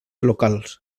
locals